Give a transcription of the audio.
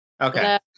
Okay